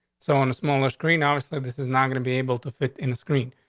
so on a smaller screen hours that this is not gonna be able to fit in the screen.